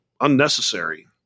unnecessary